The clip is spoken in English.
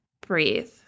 breathe